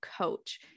coach